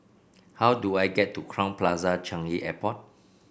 how do I get to Crowne Plaza Changi Airport